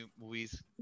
movies